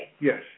Yes